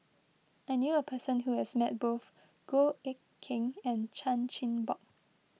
I knew a person who has met both Goh Eck Kheng and Chan Chin Bock